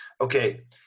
Okay